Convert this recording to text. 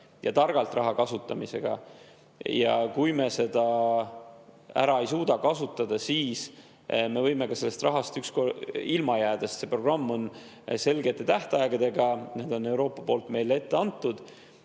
targalt kasutamisega. Kui me seda ära ei suuda kasutada, siis me võime ka sellest rahast ükskord ilma jääda, sest see programm on selgete tähtaegadega, mis on Euroopa poolt meile ette antud.